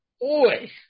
boy